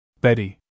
Betty